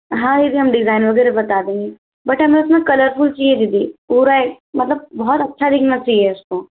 हाँ दीदी हम डिज़ाइन वगैरह बता देंगे बट हमें अपना कलरफ़ुल चाहिए दीदी पूरा एक मतलब बहुत अच्छा दिखना चाहिए उस को